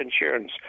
insurance